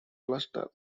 cluster